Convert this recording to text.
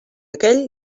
aquell